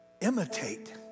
imitate